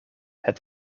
het